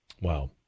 Wow